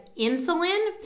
insulin